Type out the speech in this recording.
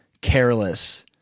careless